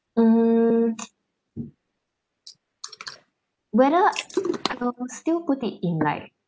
mm whether I will still put it in like